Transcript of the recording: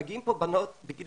מגיעים לפה בנות בגיל